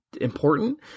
important